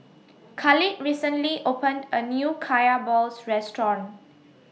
Khalid recently opened A New Kaya Balls Restaurant